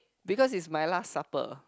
because is my last supper